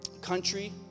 country